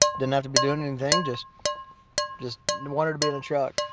didn't have to be doing anything, just just wanted to be in a truck.